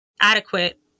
adequate